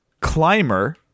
climber